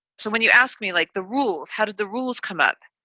so when you ask me, like the rules, how did the rules come up?